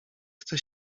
chce